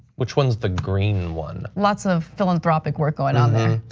which one is the green one? lots of philanthropic work going on there.